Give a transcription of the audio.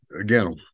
again